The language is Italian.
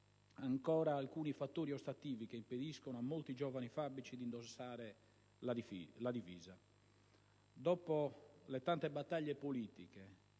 ancora alcuni fattori ostativi che impediscono a molti giovani fabici di indossare la divisa. Dopo le tante battaglie politiche